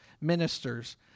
ministers